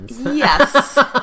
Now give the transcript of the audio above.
Yes